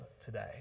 today